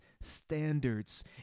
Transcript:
standards